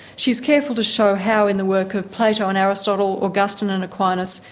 she's careful to show how in the work of plato and aristotle, augustine and aquinas,